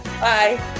bye